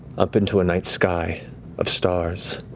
up into a night sky of stars,